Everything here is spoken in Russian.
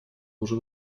уже